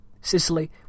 Sicily